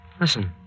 Listen